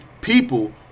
people